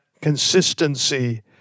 consistency